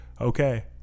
okay